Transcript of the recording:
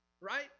Right